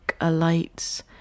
alights